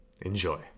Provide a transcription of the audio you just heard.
enjoy